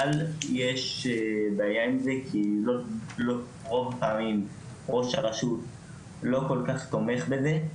אבל יש בעיה עם זה כי ראש הרשות לא כל כך תומך בזה,